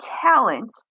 talent